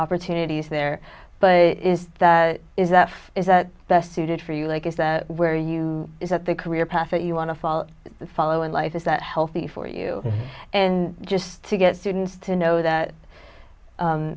opportunities there but is that is that is best suited for you like is that where you is at the career path that you want to follow follow in life is that healthy for you and just to get students to know that